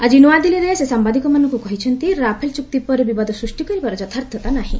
ଆଜି ନୂଆଦିଲ୍ଲୀରେ ସେ ସାମ୍ଭାଦିକମାନଙ୍କୁ କହିଛନ୍ତି ରାଫେଲ୍ ଚୁକ୍ତି ଉପରେ ବିବାଦ ସୃଷ୍ଟି କରିବାର ଯଥାର୍ଥତା ନାହିଁ